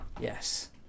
Yes